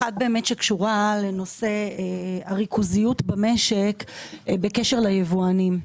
אחת שקשורה לנושא הריכוזיות במשק בקשר ליבואנים.